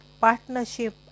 partnership